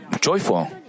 joyful